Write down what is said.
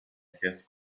cat